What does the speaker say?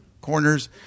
corners